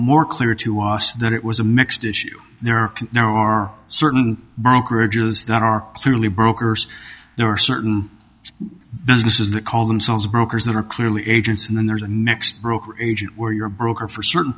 more clear to us that it was a mixed issue there are there are certain brokerages that are clearly brokers there are certain businesses that call themselves brokers that are clearly agents and then there's the next broker agent where your broker for certain